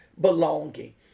belonging